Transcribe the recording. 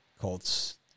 Colts